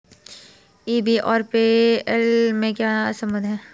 ई बे और PayPal में क्या संबंध है?